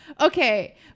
Okay